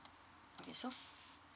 okay so